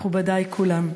מכובדי כולם,